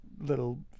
little